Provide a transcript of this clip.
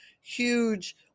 huge